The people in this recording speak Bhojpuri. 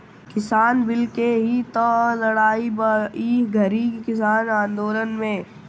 किसान बिल के ही तअ लड़ाई बा ई घरी किसान आन्दोलन में